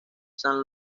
saint